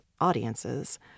audiences